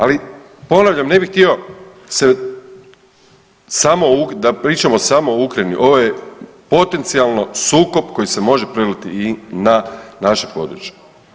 Ali ponavljam, ne bih htio se samo da pričamo samo o Ukrajini, ovo je potencijalno sukob koji se može preliti i na naše područje.